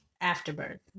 afterbirth